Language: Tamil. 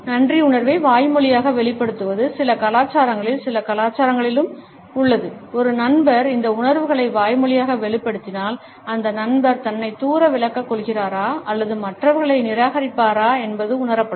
நன்றியுணர்வை வாய்மொழியாக வெளிப்படுத்துவது சில கலாச்சாரங்களிலும் சில கலாச்சாரங்களிலும் ஒரு நண்பர் இந்த உணர்வுகளை வாய்மொழியாக வெளிப்படுத்தினால் அந்த நண்பர் தன்னைத் தூர விலக்கிக் கொள்கிறாரா அல்லது மற்றவர்களை நிராகரிப்பாரா என்பது உணரப்படும்